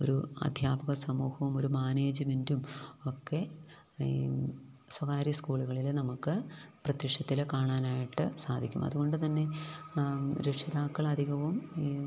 ഒരു അധ്യാപകസമൂഹവും ഒരു മാനേജ്മെൻറ്റും ഒക്കെ സ്വകാര്യ സ്കൂളുളില് നമുക്ക് പ്രത്യക്ഷത്തില് കാണുവാനായിട്ട് സാധിക്കും അതുകൊണ്ട് തന്നെ രക്ഷിതാക്കള് അധികവും ഈ